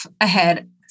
ahead